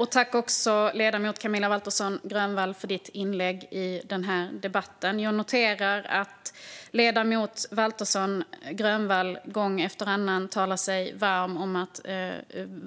Herr talman! Jag noterar att ledamoten Waltersson Grönvall gång efter annan talar sig varm för att